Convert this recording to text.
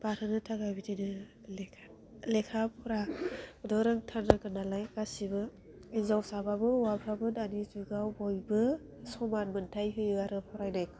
बारहोनो थाखाय बिदिनो लेखा लेखा फराखोथ' रोंथारनांगोन नालाय गासिबो हिन्जावसाबाबो हवाफ्राबो दानि जुगाव बयबो समान मोनथाइ होयो आरो फरायनायखौ